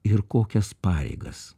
ir kokias pareigas